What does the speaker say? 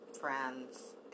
friends